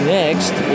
next